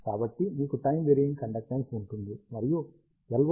కాబట్టి మీకు time varying conductance ఉంటుంది మరియు LO పౌనపున్యంలో వేరియేషన్ ఉంటుంది